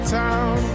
town